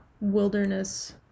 wilderness